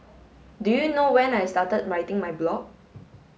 do you know when I started writing my blog